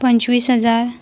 पंचवीस हजार